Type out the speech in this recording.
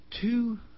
two